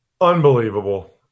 Unbelievable